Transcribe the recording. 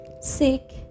sick